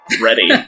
ready